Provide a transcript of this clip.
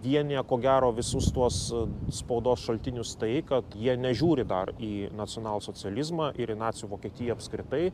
jie nieko gero visus tuos spaudos šaltinius tai kad jie nežiūri dar į nacionalsocializmą ir į nacių vokietiją apskritai